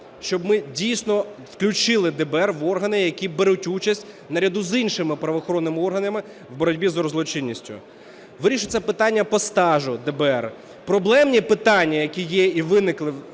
щоб ми дійсно включили ДБР в органи, які беруть участь наряду з іншими правоохоронними органами в боротьбі з оргзлочинністю. Вирішується питання по стажу ДБР. Проблемні питання, які є і виникли